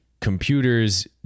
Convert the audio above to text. computer's